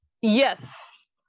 yes